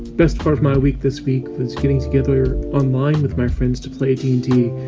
best part of my week this week was getting together online with my friends to play d and d.